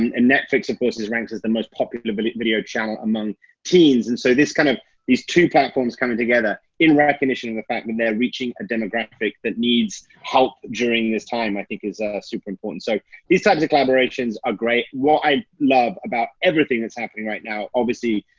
and and netflix of course, is ranked as the most popular video video channel among teens. and so kind of these two platforms coming together in recognition of the fact that and they're reaching a demographic that needs help during this time i think is super important. so these types of collaborations are great. what i love about everything that's happening right now, obviously,